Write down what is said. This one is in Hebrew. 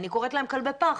אני קוראת להם כלבי פח,